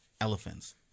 elephants